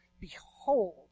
Behold